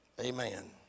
Amen